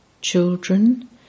Children